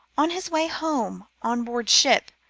on his way home, on board ship,